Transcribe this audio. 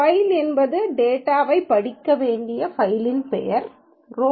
file என்பது டேட்டாவைப் படிக்க வேண்டிய ஃபைலின் பெயர் ரோ